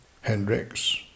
Hendrix